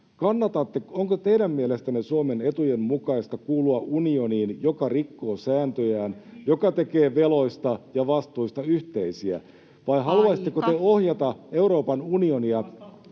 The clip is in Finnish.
Kurviselta: onko teidän mielestänne Suomen etujen mukaista kuulua unioniin, joka rikkoo sääntöjään, joka tekee veloista ja vastuista yhteisiä, [Puhemies: Aika!] vai haluaisitteko te ohjata Euroopan unionia